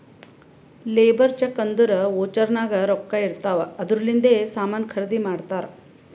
labour cheque ಅಂದುರ್ voucher ನಾಗ್ ರೊಕ್ಕಾ ಇರ್ತಾವ್ ಅದೂರ್ಲಿಂದೆ ಸಾಮಾನ್ ಖರ್ದಿ ಮಾಡ್ತಾರ್